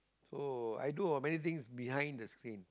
so i do many things behind the screen